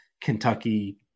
Kentucky